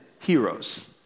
heroes